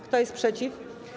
Kto jest przeciw?